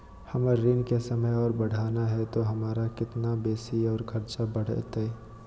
हमर ऋण के समय और बढ़ाना है तो हमरा कितना बेसी और खर्चा बड़तैय?